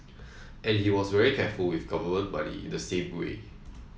and he was very careful with government money in the same way